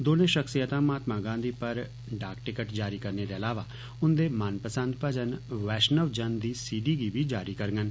दौने शख्सियतां महात्मा गांधी पर डाक टिकट जारी करने दे अलावा उन्दे मनपसंद भजन 'वैष्णव जन' दी सी डी गी बी जारी करडन